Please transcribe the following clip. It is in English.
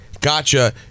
gotcha